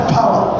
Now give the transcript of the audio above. power